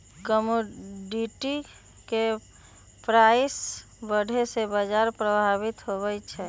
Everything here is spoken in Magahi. कमोडिटी के प्राइस बढ़े से बाजार प्रभावित होबा हई